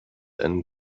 and